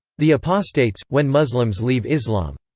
the apostates when muslims leave islam.